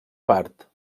part